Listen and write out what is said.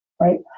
right